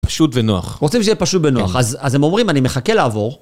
פשוט ונוח. רוצים שיהיה פשוט בנוח, אז הם אומרים, אני מחכה לעבור.